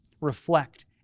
reflect